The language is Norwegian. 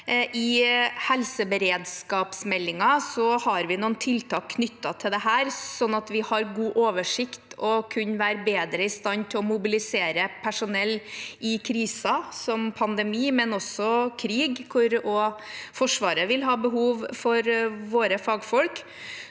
I helseberedskapsmeldingen har vi noen tiltak knyttet til dette, sånn at vi har god oversikt og kan være bedre i stand til å mobilisere personell i kriser, som pandemi, men også krig, hvor også Forsvaret vil ha behov for våre fagfolk.